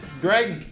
Greg